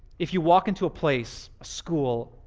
if you walk into a place, a school,